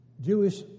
Jewish